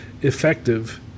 effective